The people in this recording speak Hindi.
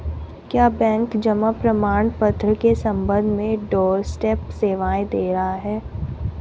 क्या बैंक जमा प्रमाण पत्र के संबंध में डोरस्टेप सेवाएं दे रहा है?